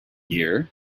year